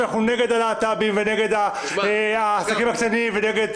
שאנחנו נגד הלהט"בים ונגד העסקים הקטנים ונגד